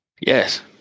Yes